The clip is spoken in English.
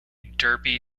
derby